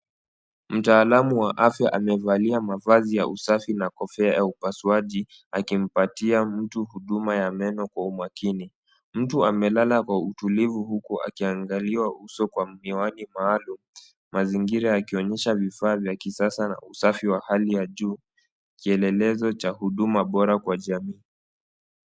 Mtaalamu wa afya amevalia mavazi ya usafi na kofia ya upasuaji, akimpatia mtu huduma ya meno kwa umakini. Mtu amelala kwa utulivu, huku akiangaliwa uso kwa miwani maalum, mazingira yakionyesha vifaa vya kisasa na usafi wa hali ya juu. Kielelezo cha huduma bora kwa jamii.